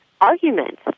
argument